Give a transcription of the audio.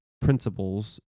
principles